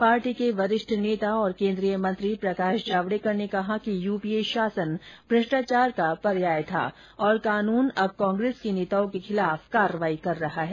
party के वरिष्ठ नेता और केंद्रीय मंत्री प्रकाश जावड़ेकर ने कहा कि यूपीए शासन भ्रष्टाचार का पर्याय था और कानून अब कांग्रेस के नेताओं के खिलाफ कार्रवाई कर रहा है